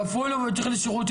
קפוא לו והוא צריך לשירותים.